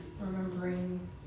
Remembering